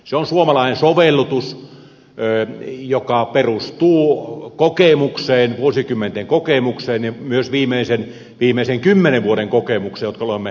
se on suomalainen sovellutus joka perustuu vuosikymmenten kokemukseen ja myös viimeisen kymmenen vuoden kokemukseen jota olemme valtiosäännöstä saaneet